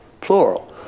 plural